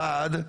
אחד,